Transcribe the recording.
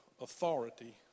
authority